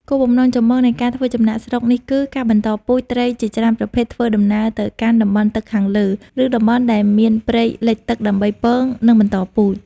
គោលបំណងចម្បងនៃការធ្វើចំណាកស្រុកនេះគឺ ការបន្តពូជ ត្រីជាច្រើនប្រភេទធ្វើដំណើរទៅកាន់តំបន់ទឹកខាងលើ ឬតំបន់ដែលមានព្រៃលិចទឹកដើម្បីពង និងបន្តពូជ។